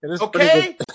Okay